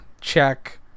Check